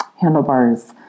handlebars